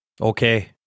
Okay